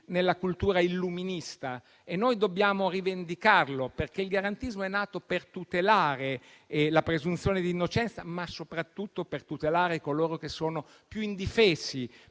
dalla cultura illuminista e noi dobbiamo rivendicarlo, perché è nato per tutelare la presunzione di innocenza, ma soprattutto per tutelare coloro che sono più indifesi